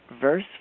verse